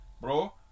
bro